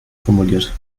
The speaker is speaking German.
formuliert